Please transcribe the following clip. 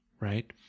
right